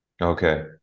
Okay